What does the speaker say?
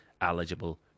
eligible